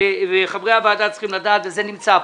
וחברי הוועדה צריכים לדעת, וזה נמצא פה.